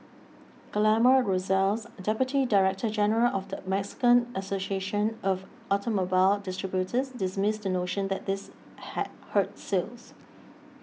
Guillermo Rosales Deputy Director General of the Mexican Association of Automobile Distributors dismissed the notion that this had hurt sales